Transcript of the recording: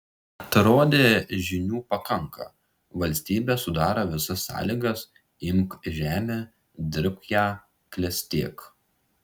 atrodė žinių pakanka valstybė sudaro visas sąlygas imk žemę dirbk ją klestėk